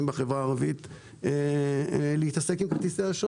בחברה הערבית להתעסק עם כרטיסי אשראי,